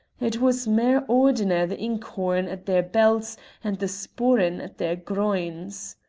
it was mair ordinar the ink-horn at their belts and the sporran at their groins.